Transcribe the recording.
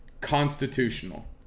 constitutional